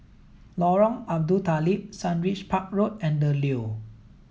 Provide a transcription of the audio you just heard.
Lorong Abu Talib Sundridge Park Road and The Leo